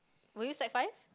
were you sec-five